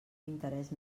interès